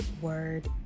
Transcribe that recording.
word